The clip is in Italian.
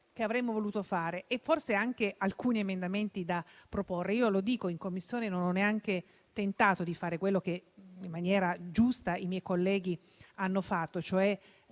che avremmo voluto fare e forse avremmo avuto anche alcuni emendamenti da proporre. Avverto che in Commissione non ho neanche tentato di fare quello che in maniera giusta i miei colleghi hanno fatto,